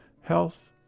health